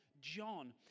John